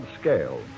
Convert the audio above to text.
scale